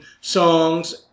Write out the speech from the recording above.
songs